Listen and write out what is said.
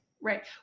Right